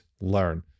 learn